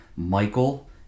Michael